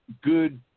good